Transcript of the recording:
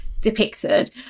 depicted